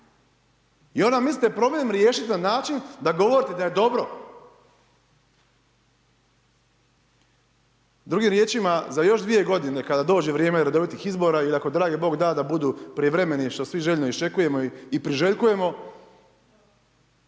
I onda mislite problem riješit na način da govorite da je dobro? Drugim riječima za još 2 godine kada dođe vrijeme redovitih izbora i ako dragi Bog da da budu prijevremeni, što svi željno iščekujemo i priželjkujemo,